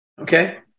Okay